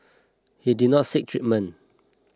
he did not seek treatment